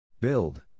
Build